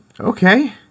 Okay